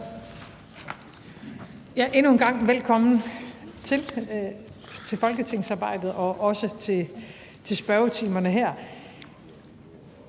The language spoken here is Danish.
Endnu en gang velkommen til folketingsarbejdet og også til spørgetimerne her.